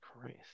Christ